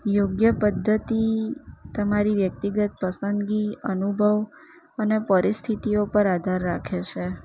યોગ્ય પદ્ધતિ તમારી વ્યક્તિગત પસંદગી અનુભવ અને પરિસ્થિતિઓ પર આધાર રાખે છે